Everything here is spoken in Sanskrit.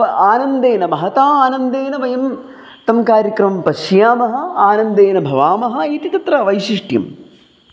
आनन्देन महता आनन्देन वयं तं कार्यक्रमं पश्यामः आनन्देन भवामः इति तत्र वैशिष्ट्यम्